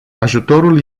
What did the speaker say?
ajutorul